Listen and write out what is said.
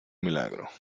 milagro